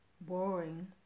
boring